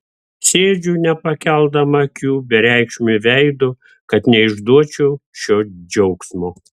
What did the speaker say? sėdžiu nepakeldama akių bereikšmiu veidu kad neišduočiau šio džiaugsmo